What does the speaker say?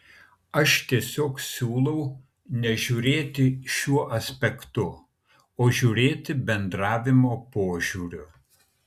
aš tiesiog siūlau nežiūrėti šiuo aspektu o žiūrėti bendravimo požiūriu